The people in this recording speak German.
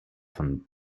von